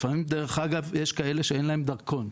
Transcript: לפעמים דרך אגב יש כאלה שאין להם דרכון.